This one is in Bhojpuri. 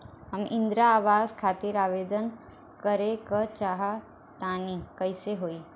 हम इंद्रा आवास खातिर आवेदन करे क चाहऽ तनि कइसे होई?